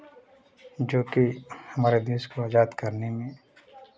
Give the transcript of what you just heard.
जो कि हमारे देश को आज़ाद करने में